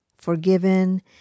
forgiven